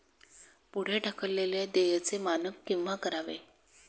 पुढे ढकललेल्या देयचे मानक केव्हा करावे?